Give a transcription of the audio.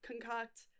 concoct